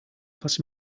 costs